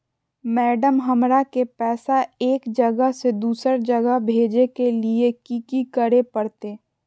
Madam, हमरा के पैसा एक जगह से दुसर जगह भेजे के लिए की की करे परते?